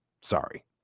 Sorry